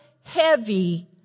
heavy